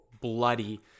bloody